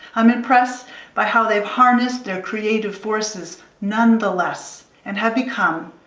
i'm impressed by how they've harnessed their creative forces nonetheless and have become,